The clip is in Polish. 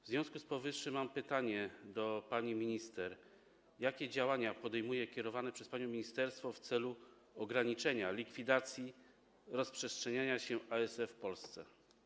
W związku z powyższym mam pytanie do pani minister: Jakie działania podejmuje kierowane przez panią minister ministerstwo w celu ograniczenia, likwidacji rozprzestrzeniania się ASF w Polsce?